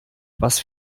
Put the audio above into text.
was